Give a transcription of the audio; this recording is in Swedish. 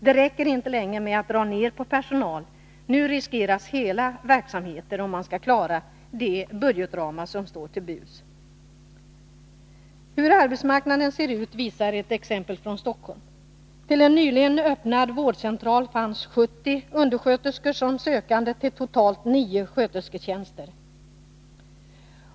Det räcker inte längre med att dra ner på personal, nu riskeras hela verksamheter om man skall klara de budgetramar som står till buds. Hur arbetsmarknaden ser ut visar ett exempel från Stockholm. Till en nyligen öppnad vårdcentral fanns 70 undersköterskor som sökande till totalt 9 skötersketjänster.